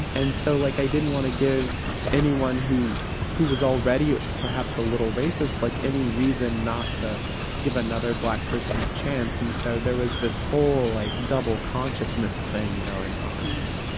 and so, like, i didn't want to give anyone who who was already perhaps a little racist, like, any reason not to give another black person a chance. and so there was this whole, like, double consciousness thing going on yeah.